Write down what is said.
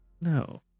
No